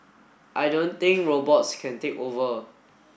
I don't think robots can take over